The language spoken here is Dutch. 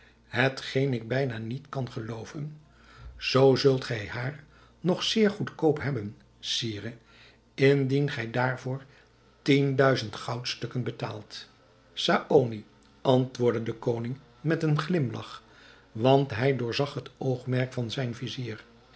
hetgeen ik bijna niet kan gelooven zoo zult gij haar nog zeer goedkoop hebben sire indien gij daarvoor tien duizend goudstukken betaalt saony antwoordde de koning met een glimlach want hij doorzag het oogmerk van zijn vizier